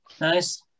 Nice